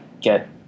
get